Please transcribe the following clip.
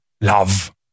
Love